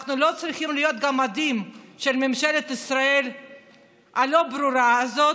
אנחנו לא צריכים להיות גמדים של ממשלת ישראל הלא-ברורה הזאת,